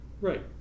Right